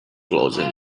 closing